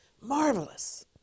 Marvelous